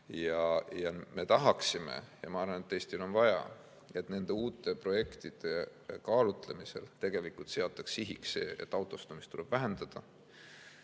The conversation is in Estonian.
Me tahaksime ja ma arvan, et Eestil on vaja, et nende uute projektide kaalumisel tegelikult seataks sihiks autostumise vähendamine,